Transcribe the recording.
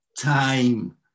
time